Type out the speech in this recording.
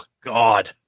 God